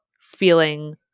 feeling